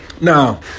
Now